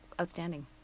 outstanding